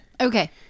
Okay